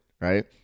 right